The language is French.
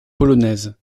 polonaise